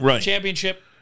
championship